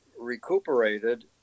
recuperated